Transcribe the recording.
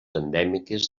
endèmiques